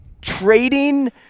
trading